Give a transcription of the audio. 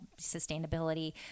sustainability